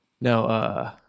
No